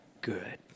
good